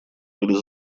были